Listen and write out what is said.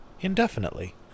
indefinitely